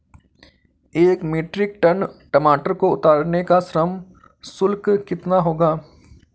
एक metric ton टमाटर को उतारने का श्रम शुल्क कितना होगा?